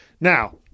Now